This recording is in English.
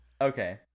okay